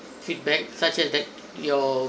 feedback such as that your